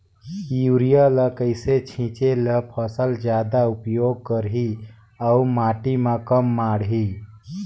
Urea ल कइसे छीचे ल फसल जादा उपयोग करही अउ माटी म कम माढ़ही?